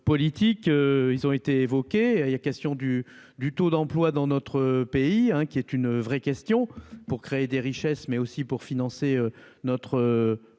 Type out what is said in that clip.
politiques, ils ont été y a question du du taux d'emploi dans notre pays, hein, qui est une vraie question pour créer des richesses mais aussi pour financer notre